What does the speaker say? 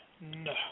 no